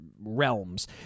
realms